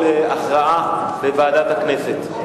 לדיון בוועדה שתקבע ועדת הכנסת נתקבלה.